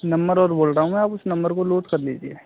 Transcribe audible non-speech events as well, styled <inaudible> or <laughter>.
number और <unintelligible> है आप उस नंबर को लोड कर लीजिए